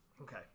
okay